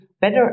better